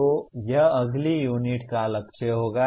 तो यह अगली यूनिट का लक्ष्य होगा